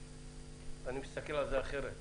אני מסתכל על זה אחרת.